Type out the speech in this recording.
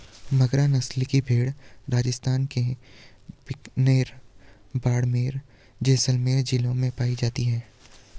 मगरा नस्ल की भेंड़ राजस्थान के बीकानेर, बाड़मेर, जैसलमेर जिलों में पाई जाती हैं